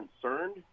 concerned